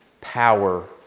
power